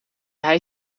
hij